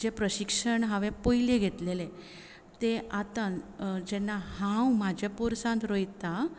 जे प्रशिक्षण हांवें पयलीं घेतलेले तें आतां जेन्ना हांव म्हज्या पोरसांत रोयतां